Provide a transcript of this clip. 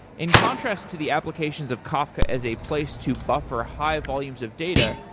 in contrast to the applications of kafka as a place to buffer high volumes of data,